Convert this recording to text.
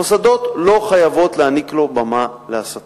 מוסדות לא חייבים להעניק לו במה להסתה.